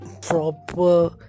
proper